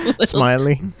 smiley